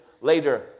later